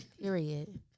Period